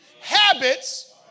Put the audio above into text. habits